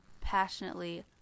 passionately